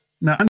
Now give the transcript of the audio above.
Now